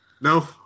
No